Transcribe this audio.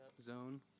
zone